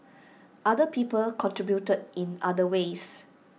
other people contributed in other ways